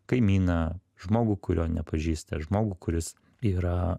kaimyną žmogų kurio nepažįsta žmogų kuris yra